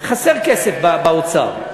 חסר כסף באוצר.